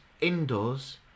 indoors